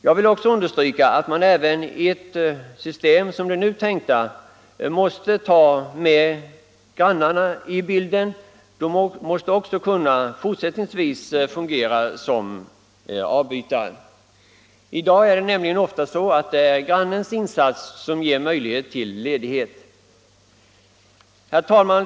Jag vill understryka att man även i ett system med avbytare måste räkna med grannarna. De måste också fortsättningsvis i vissa fall fungera som avbytare. I dag är det nämligen ofta grannens insats som ger möjlighet till ledighet. Herr talman!